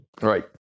Right